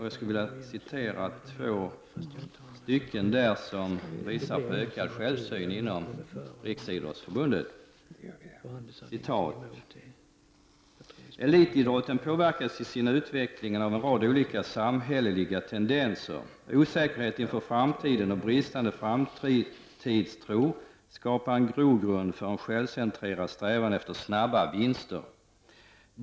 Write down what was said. Jag vill framhålla två stycken i det programmet, som visar på ökad självkritik inom Riksidrottsförbundet. ”Elitidrotten påverkas i sin utveckling av en rad olika samhälleliga tendenser. Osäkerhet inför framtiden och bristande framtidstro skapar en grogrund för en självcentrerad strävan efter snabba vinster.